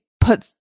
put